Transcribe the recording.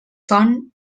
font